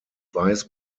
weiß